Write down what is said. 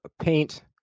paint